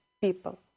people